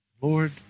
Lord